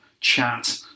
chat